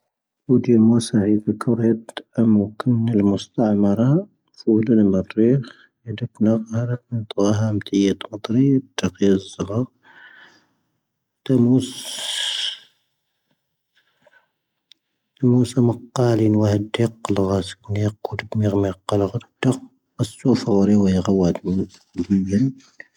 ⵜⵓⵜⵉ ⵎⵓⵙⴰ ⵀⵉⵇ ⵇⴰⵔⴰⵜ ⴰⵎⵎⵓⵏ ⵇⴰⵔⴰⵜ ⵎⵓⵙⴰⵀⵉⵏ ⴷⴰ ⵔⴰⵜ ⵙⵓⵀⵉⵍ ⵍⴰⵜⵉⴼ ⵀⵉⵣ ⴷⴰⵔⴰⵜ ⵜⴰⵇⵉⵢⴰⵣ ⵣⴰⵔⴰⵜ ⵜⵉⵍ ⵎⵓⵙ ⵎⵓⵙⴰ ⵎⴰⵇⵇⴰⵍⵉ ⵀⴰⵜⵜⵉ ⵎⴰⵇⵇⴰⵍⵉ